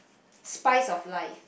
spice of life